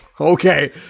Okay